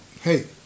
hey